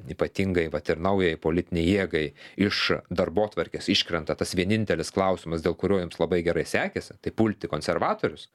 ypatingai vat ir naujai politinei jėgai iš darbotvarkės iškrenta tas vienintelis klausimas dėl kurio jiems labai gerai sekėsi tai pulti konservatorius